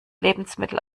lebensmittel